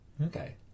Okay